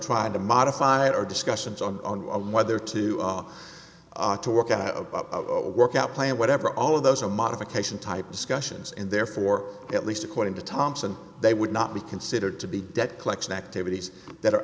tried to modify our discussions on whether to to work out a workout plan whatever all of those a modification type discussions and therefore at least according to thompson they would not be considered to be debt collection activities that are